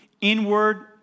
inward